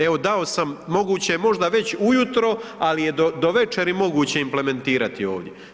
Evo dao sam moguće možda već ujutro, ali je do večeri moguće implementirati ovdje.